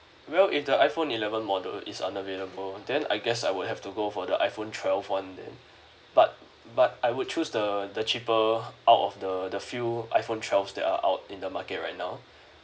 well if the iphone eleven model is unavailable then I guess I would have to go for the iphone twelve [one] then but but I would choose the the cheaper out of the the few iphone twelve that are out in the market right now